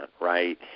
right